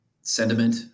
sentiment